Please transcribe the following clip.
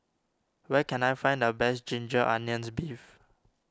where can I find the Best Ginger Onions Beef